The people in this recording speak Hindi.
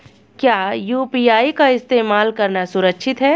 क्या यू.पी.आई का इस्तेमाल करना सुरक्षित है?